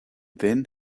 then